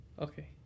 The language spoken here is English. Okay